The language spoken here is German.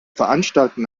veranstalten